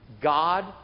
God